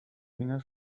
finger